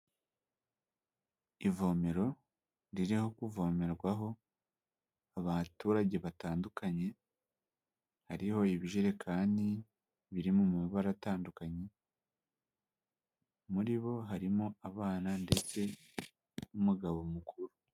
Ivomero ririho kuvomerwaho abaturage batandukanye hariho ibijerekani biri mu amabara atandukanye muri bo harimo abana ndetse n'umugabo mukuru.